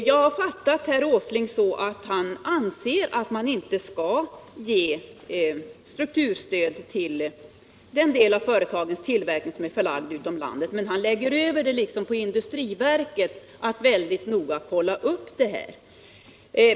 Jag har fattat herr Åsling så, att han anser att strukturstöd inte skall ges till den del av företagens tillverkning som är förlagd utanför landet men att han lägger över ansvaret på industriverket att noga kolla upp detta.